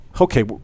Okay